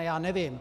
Já nevím.